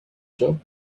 job